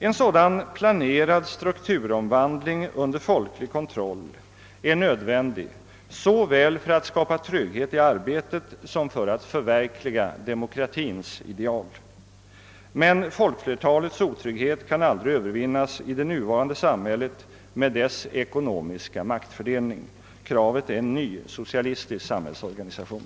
En sådan planerad strukturomvandling under folklig kontroll är nödvändig såväl för att skapa trygghet i arbetet som för att förverkliga demokratins ideal, men folkflertalets otrygghet kan aldrig övervinnas i det nuvarande samhället med dess ekonomiska maktfördelning. Kravet är en ny Ssocialistisk samhällsorganisation.